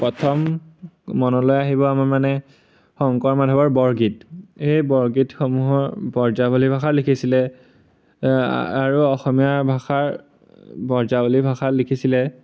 প্ৰথম মনলৈ আহিব আমাৰ মানে শংকৰ মাধৱৰ বৰগীত এই বৰগীতসমূহৰ ব্ৰজাৱলী ভাষাত লিখিছিলে আৰু অসমীয়া ভাষাৰ ব্ৰজাৱলী ভাষাত লিখিছিলে